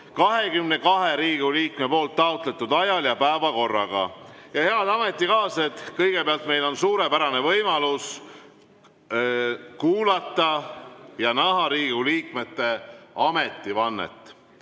22 Riigikogu liikme taotletud ajal ja päevakorraga. Head ametikaaslased! Kõigepealt meil on suurepärane võimalus kuulata ja näha Riigikogu liikmete ametivannet.